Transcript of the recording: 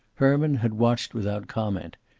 herman had watched without comment,